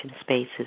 spaces